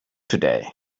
today